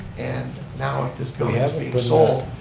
and now if this building is being sold,